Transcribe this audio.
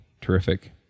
terrific